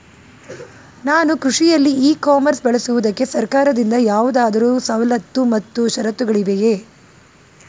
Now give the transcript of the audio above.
ನಾನು ಕೃಷಿಯಲ್ಲಿ e commerce ಬಳಸುವುದಕ್ಕೆ ಸರ್ಕಾರದಿಂದ ಯಾವುದಾದರು ಸವಲತ್ತು ಮತ್ತು ಷರತ್ತುಗಳಿವೆಯೇ?